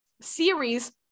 series